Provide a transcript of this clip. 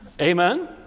Amen